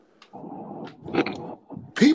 People